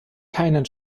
keinen